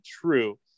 true